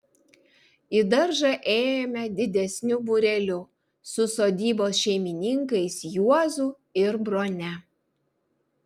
į daržą ėjome didesniu būreliu su sodybos šeimininkais juozu ir brone